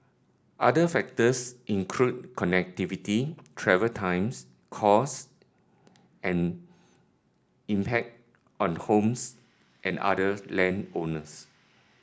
other factors include connectivity travel times cost and impact on homes and other land owners